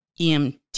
EMT